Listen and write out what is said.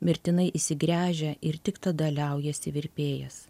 mirtinai įsigręžia ir tik tada liaujasi virpėjęs